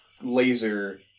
laser